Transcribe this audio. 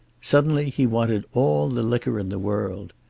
suddenly he wanted all the liquor in the world.